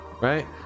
right